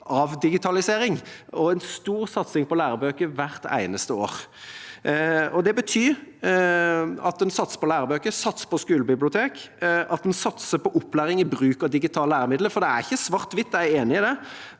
avdigitalisering og en stor satsing på lærebøker hvert eneste år. Det betyr at en satser på lærebøker, satser på skolebiblioteker og satser på opplæring i bruk av digitale læremidler. Det er ikke svart-hvitt, jeg er enig i det,